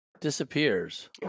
disappears